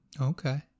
Okay